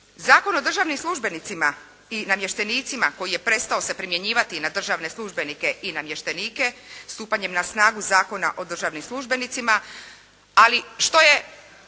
Zakon o državnim službenicima i namještenicima koji je prestao se primjenjivati na državne službenike i namještenike stupanjem na snagu zakona o državnim službenicima, ali što je